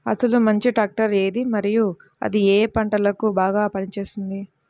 అసలు మంచి ట్రాక్టర్ ఏది మరియు అది ఏ ఏ పంటలకు బాగా పని చేస్తుంది?